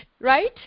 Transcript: Right